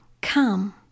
Come